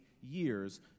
years